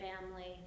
family